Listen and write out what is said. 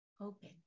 open